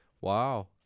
wow